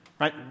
Right